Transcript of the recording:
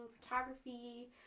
photography